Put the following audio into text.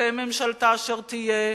תהא ממשלתה אשר תהיה.